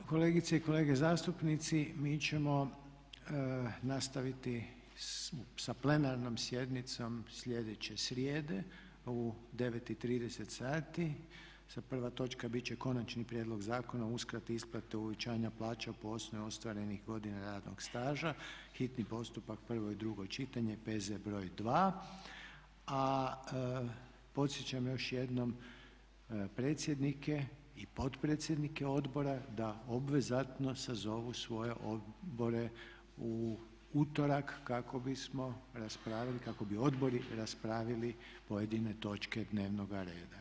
Kolegice i kolege zastupnici mi ćemo nastaviti sa plenarnom sjednicom sljedeće srijede u 9,30 sati a prva točka bit će konačni prijedlog Zakona o uskrati isplate uvećanja plaća po osnovi ostvarenih godina radnog staža, hitni postupak, prvo i drugo čitanje, P.Z.BR.2. A podsjećam još jednom predsjednike i potpredsjednike odbora da obvezatno sazovu svoje odbore u utorak kako bismo raspravili, kako bi odbori raspravili pojedine točke dnevnoga reda.